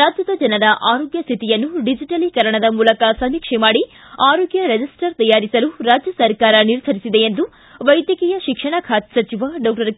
ರಾಜ್ಯದ ಜನರ ಆರೋಗ್ಯ ಸ್ಥಿತಿಯನ್ನು ಡಿಜೆಟಲೀಕರಣದ ಮೂಲಕ ಸಮೀಕ್ಷೆ ಮಾಡಿ ಆರೋಗ್ಯ ರಿಜೆಸ್ಟರ್ ತಯಾರಿಸಲು ರಾಜ್ಯ ಸರ್ಕಾರ ನಿರ್ಧರಿಸಿದೆ ಎಂದು ವೈದ್ಯಕೀಯ ಶಿಕ್ಷಣ ಖಾತೆ ಸಚಿವ ಡಾಕ್ಟರ್ ಕೆ